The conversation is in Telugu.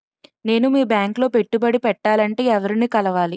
నేను మీ బ్యాంక్ లో పెట్టుబడి పెట్టాలంటే ఎవరిని కలవాలి?